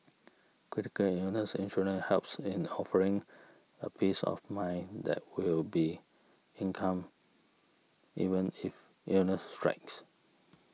critical illness insurance helps in offering a peace of mind that will be income even if illnesses strikes